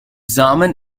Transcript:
samen